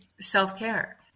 self-care